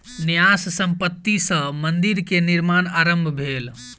न्यास संपत्ति सॅ मंदिर के निर्माण आरम्भ भेल